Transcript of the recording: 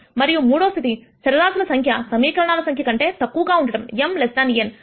మరియు మూడోస్థితి చరరాశుల సంఖ్య సమీకరణాల సంఖ్య కంటే తక్కువ ఉండటం m లెస్ దాన్ n